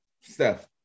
Steph